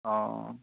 অঁ